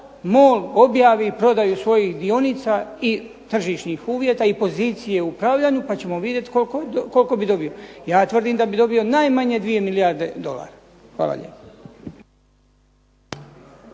MOL objavi prodaju svojih dionica, i tržišnih uvjeta i pozicije u upravljanju pa ćemo vidjeti koliko bi dobio. Ja tvrdim da bi dobio najmanje 2 milijarde dolara. Hvala lijepa.